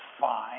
fine